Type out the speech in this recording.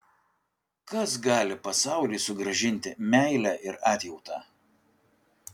kas gali pasauliui sugrąžinti meilę ir atjautą